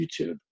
YouTube